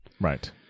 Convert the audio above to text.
Right